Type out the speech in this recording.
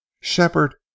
Shepard